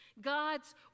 God's